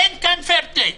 אין כאן פייר פליי.